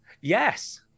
Yes